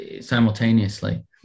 simultaneously